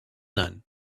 none